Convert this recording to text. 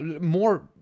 More